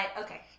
okay